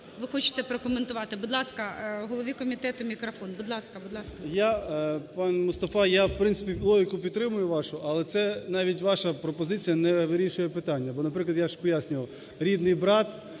Ви хочете прокоментувати? Будь ласка, голові комітету мікрофон, будь ласка. 13:16:09 КНЯЗЕВИЧ Р.П. Пан Мустафа, я, в принципі, логіку підтримую вашу, але це навіть ваша пропозиція не вирішує питання. Бо, наприклад, я ж пояснював, рідний брат,